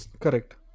Correct